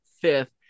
fifth